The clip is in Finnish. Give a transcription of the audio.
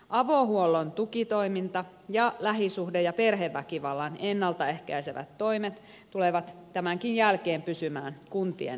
avohuollon tukitoiminta ja lähisuhde ja perheväkivallan ennalta ehkäisevät toimet tulevat tämänkin jälkeen pysymään kuntien toimintana